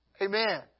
Amen